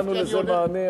נתנו לזה מענה,